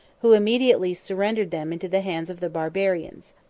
who immediately surrendered them into the hands of the barbarians.